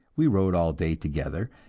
we rode all day together,